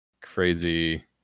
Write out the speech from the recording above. crazy